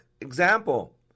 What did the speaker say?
Example